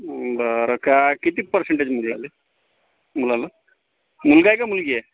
बरं काय किती पर्सेंटेज मिळाले मुलाला मुलगा आहे का मुलगी आहे